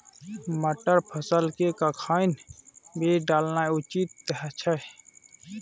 मटर फसल के कखन बीज डालनाय उचित छै?